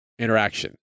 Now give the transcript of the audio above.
interaction